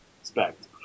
expect